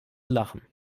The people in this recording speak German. lachen